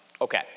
Okay